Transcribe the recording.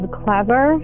clever